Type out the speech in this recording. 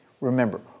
Remember